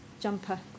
jumper